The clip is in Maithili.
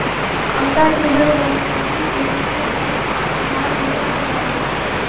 अंडा देबयबाली मुर्गी के विशेष रूप सॅ आहार देबाक चाही